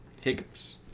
Hiccups